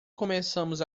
começamos